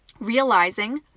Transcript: realizing